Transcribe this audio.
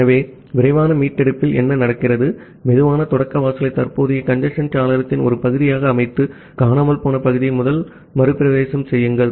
ஆகவே விரைவான மீட்டெடுப்பில் என்ன நடக்கிறது சுலோ ஸ்டார்ட் விண்டோ தற்போதைய கஞ்சேஸ்ன் சாளரத்தின் ஒரு பாதியாக அமைத்து காணாமல் போன பகுதியை முதல் மறுபிரவேசம் செய்யுங்கள்